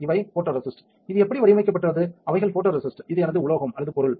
இவை போடோரெசிஸ்ட் இது இப்படி வடிவமைக்கப்பட்டுள்ளது அவைகள் போடோரெசிஸ்ட் இது எனது உலோகம் அல்லது பொருள்